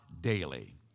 daily